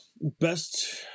best